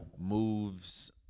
moves